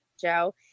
Joe